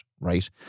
right